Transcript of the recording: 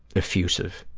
effusive.